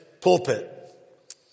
pulpit